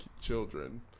children